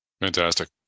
Fantastic